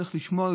צריך לשמור,